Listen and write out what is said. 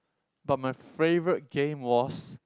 but my favourite game was